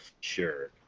sure